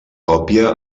còpia